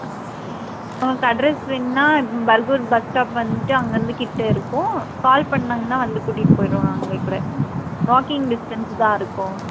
ஆ சரி உங்களுக்கு அட்ரஸ் வேணும்ன்னா பர்கூர் பஸ்ஸ்டாப் வந்துட்டு அங்கே இருந்து கிட்டே இருக்கும் கால் பண்ணாங்கன்னா வந்து கூட்டிட்டி போயிருவாங்க அவங்ளே கூட வாக்கிங் டிஸ்டன்ஸ் தான் இருக்கும்